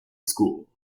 school